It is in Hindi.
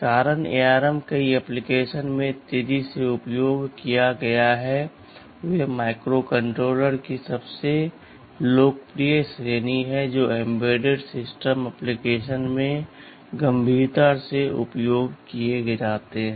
कारण ARM कई ऍप्लिकेशन्स में तेजी से उपयोग किया गया है वे माइक्रोकंट्रोलर की सबसे लोकप्रिय श्रेणी हैं जो एम्बेडेड सिस्टम ऍप्लिकेशन्स में गंभीरता से उपयोग किए जाते हैं